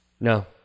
No